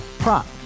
Prop